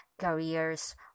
careers